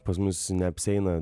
pas mus neapsieina